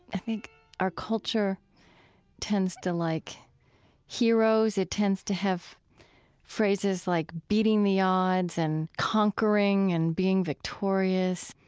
i think our culture tends to like heroes, it tends to have phrases like beating the odds and conquering and being victorious.